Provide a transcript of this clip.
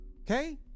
Okay